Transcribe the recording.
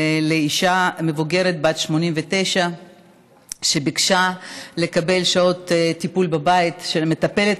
על אישה מבוגרת בת 89 שביקשה לקבל שעות טיפול בבית של מטפלת,